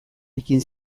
ekin